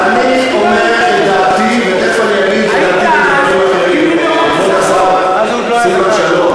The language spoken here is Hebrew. כבוד השר סילבן שלום,